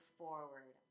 forward